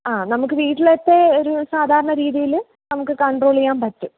ആ നമുക്ക് വീട്ടിലത്തെ ഒരു സാധാരണ രീതിയിൽ നമുക്ക് കണ്ട്രോൾ ചെയ്യാൻ പറ്റും